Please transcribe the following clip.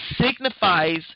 signifies